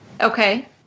Okay